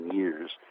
years